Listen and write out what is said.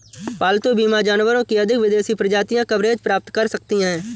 पालतू बीमा जानवरों की अधिक विदेशी प्रजातियां कवरेज प्राप्त कर सकती हैं